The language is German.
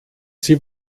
sie